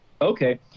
okay